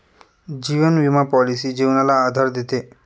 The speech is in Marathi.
जीवन विमा पॉलिसी जीवनाला आधार देते